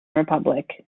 republic